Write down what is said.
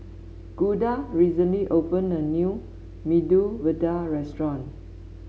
Gunda recently opened a new Medu Vada Restaurant